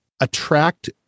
attract